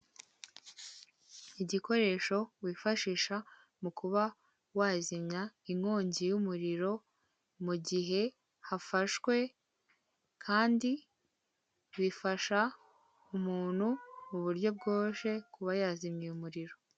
Igikoresho wifashisha mu kuba wazimya inkongi y'umuriro mu gihe hafashwe kandi bifasha umuntu mu buryo bworoshye kuba yazimiye umuriro